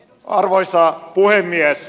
arvoisa puhemies